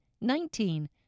nineteen